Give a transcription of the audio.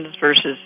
versus